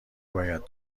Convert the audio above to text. باید